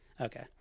Okay